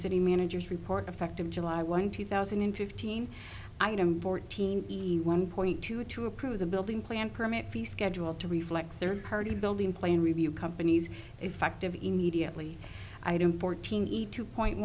city managers report effective july one two thousand and fifteen item fourteen b one point two to approve the building plan permit fee schedule to reflect third party building plan review companies effective immediately i don't fourteen eat two point